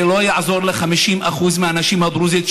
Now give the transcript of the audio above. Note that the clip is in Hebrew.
זה לא יעזור ל-50% מהנשים הדרוזיות,